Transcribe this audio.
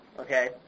Okay